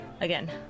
again